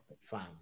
Fine